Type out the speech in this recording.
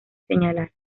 señalar